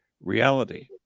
reality